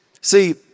See